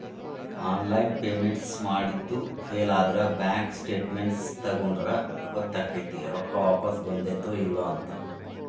online payments ಮಾಡಿದ್ದು ಫೇಲಾದ್ರ bank statements ತಕ್ಕೊಂಡ್ರ ಗೊತ್ತಕೈತಿ ರೊಕ್ಕಾ ವಾಪಸ್ ಬಂದೈತ್ತೋ ಇಲ್ಲೋ ಅಂತ